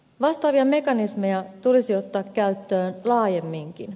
vastaavia mekanismeja tulisi ottaa käyttöön laajemminkin